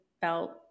felt